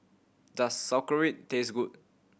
does Sauerkraut taste good